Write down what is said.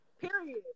Period